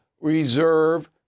reserve